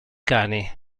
cani